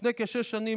לפני כשש שנים,